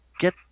get